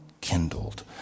kindled